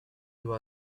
dois